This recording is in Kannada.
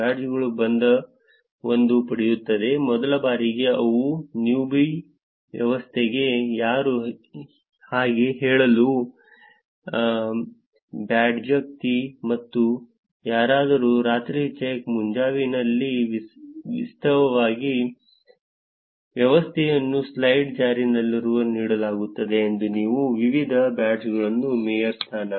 ಬ್ಯಾಡ್ಜ್ಗಳು ಬಂದ ಒಂದು ಪಡೆಯುತ್ತದೆ ಮೊದಲ ಬಾರಿಗೆ ಅವು newbie ವ್ಯವಸ್ಥೆಗೆ ಯಾರು ಹಾಗೆ ಹೇಳಲುಬ್ಯಾಡ್ಜ್ವ್ಯಕ್ತಿಮತ್ತು ಯಾರಾದರೂ ರಾತ್ರಿಚೆಕ್ಮುಂಜಾವಿನಲ್ಲಿ ವಾಸ್ತವವಾಗಿ ವ್ಯವಸ್ಥೆಯನ್ನು ಸ್ಲೈಡ್ ಜಾರಿಯಲ್ಲಿರುವ ನೀಡಲಾಗುವುದು ಎಂದು ಎಂದು ವಿವಿಧ ಬ್ಯಾಡ್ಜ್ಗಳನ್ನು ಮೇಯರ್ ಸ್ಥಾನ